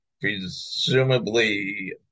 presumably